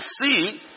see